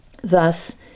Thus